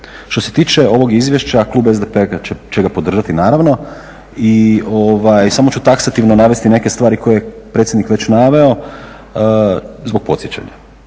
Što se tiče ovog izvješća klub SDP-a će ga podržati naravno i samo ću taksativno navesti neke stvari koje je predsjednik već naveo zbog podsjećanja.